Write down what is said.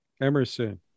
Emerson